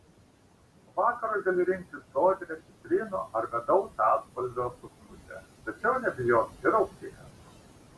vakarui gali rinktis sodrią citrinų ar medaus atspalvio suknutę tačiau nebijok ir auksinės